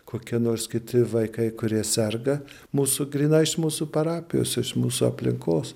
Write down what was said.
kokie nors kiti vaikai kurie serga mūsų grynai iš mūsų parapijos iš mūsų aplinkos